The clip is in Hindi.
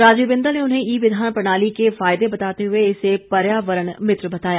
राजीव बिंदल ने उन्हें ई विधान प्रणाली के फायदे बताते हुए इसे पर्यावरण मित्र बताया